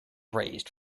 raised